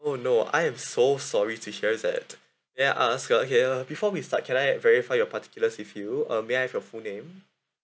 oh no I am so sorry to hear that may I ask uh okay uh before we start can I verify your particulars with you uh may I have your full name